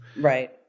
Right